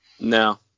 No